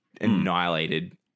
annihilated